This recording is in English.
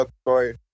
story